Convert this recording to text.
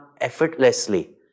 effortlessly